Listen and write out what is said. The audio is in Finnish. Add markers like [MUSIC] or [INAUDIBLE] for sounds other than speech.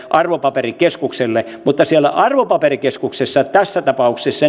arvopaperikeskukselle mutta siellä arvopaperikeskuksessa tässä tapauksessa [UNINTELLIGIBLE]